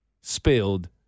spilled